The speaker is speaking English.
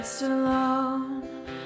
alone